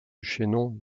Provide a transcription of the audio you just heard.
chaînon